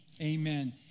Amen